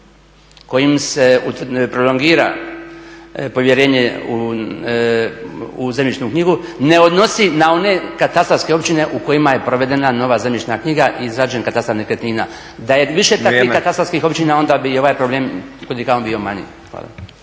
kojim se prolongira povjerenje u zemljišnu knjigu ne odnosi na one katastarske općine u kojima je provedena nova zemljišna knjiga i izrađen katastar nekretnina. …/Upadica Stazić: Vrijeme./… Da je više takvih katastarskih općina onda bi i ovaj problem kud i kamo bio manji.